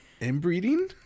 inbreeding